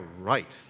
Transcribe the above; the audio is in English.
right